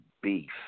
beef